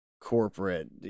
corporate